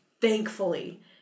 thankfully